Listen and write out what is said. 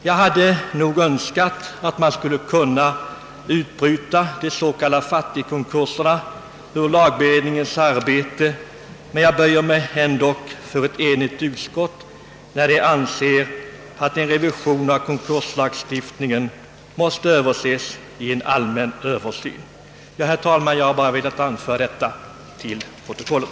Jag har nog önskat att man skulle kunna utbryta de s.k. fattigkonkurserna ur lagberedningens arbete, men jag böjer mig ändå för ett enigt utskott, när det anser att en revision av konkurslag stiftningen måste göras vid en allmän översyn. Herr talman! Jag har bara velat anföra detta till protokollet.